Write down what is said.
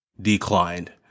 declined